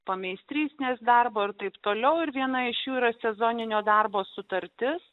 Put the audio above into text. pameistrystės darbo ir taip toliau ir viena iš jų yra sezoninio darbo sutartis